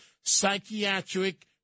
psychiatric